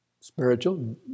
spiritual